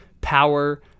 power